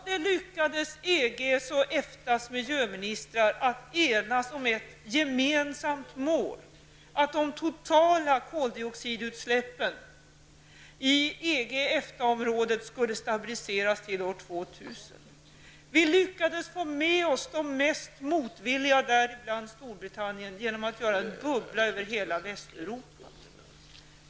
Det lyckades för EGs och EFTAs miljöministrar att enas om ett gemensamt mål: De totala koldioxidutsläppen i EG och EFTA-området skulle stabiliseras till år 2000. Vi lyckades få med oss de mest motvilliga länderna, däribland Storbritannien, genom att göra en bubbla över hela Västeuropa.